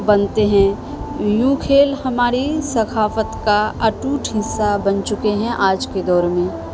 بنتے ہیں یوں کھیل ہماری ثخافت کا اٹوٹ حصہ بن چکے ہیں آج کے دور میں